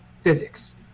physics